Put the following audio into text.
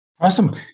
Awesome